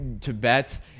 Tibet